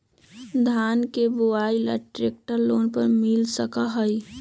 कि अईसन कोनो विशेष योजना हई जेकरा से किसान ट्रैक्टर निकाल सकलई ह?